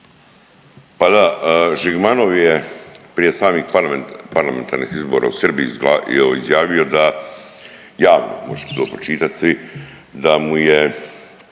Pa da. Žigmanov je prije samih parlamentarnih izbora u Srbiji je izjavio da ja, možete to pročitati svi, da mu je